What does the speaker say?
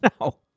No